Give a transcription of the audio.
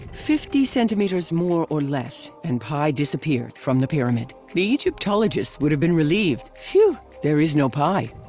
fifty centimeters more or less, and pi disappeared from the pyramid. the egyptologists would have been relieved phew there is no pi.